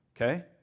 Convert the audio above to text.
okay